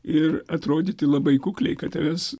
ir atrodyti labai kukliai kad tavęs